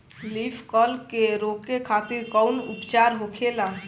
Leaf curl के रोके खातिर कउन उपचार होखेला?